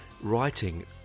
writing